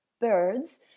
birds